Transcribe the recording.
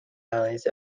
allies